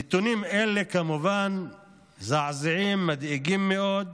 נתונים אלה מזעזעים ומדאיגים מאוד,